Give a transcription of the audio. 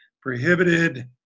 prohibited